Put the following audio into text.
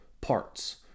parts